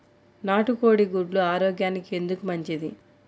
నాటు కోడి గుడ్లు ఆరోగ్యానికి ఎందుకు మంచిది?